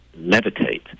levitate